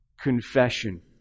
confession